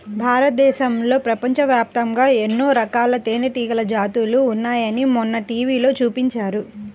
భారతదేశంలో, ప్రపంచవ్యాప్తంగా ఎన్నో రకాల తేనెటీగల జాతులు ఉన్నాయని మొన్న టీవీలో చూపించారు